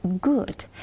good